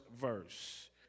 verse